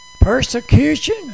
persecution